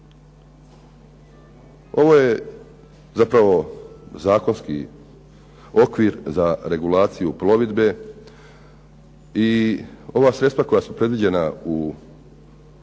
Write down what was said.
Ovo je zapravo zakonski okvir za regulaciju plovidbe i ova sredstva koja su predviđena od 9 milijuna